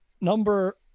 number